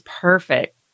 perfect